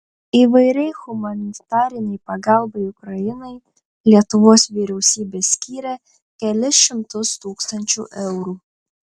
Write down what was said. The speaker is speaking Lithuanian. įvairiai humanitarinei pagalbai ukrainai lietuvos vyriausybė skyrė kelis šimtus tūkstančių eurų